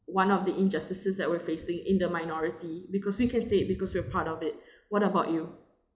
one of the injustices that we are facing in the minority because we can say it because we're part of it what about you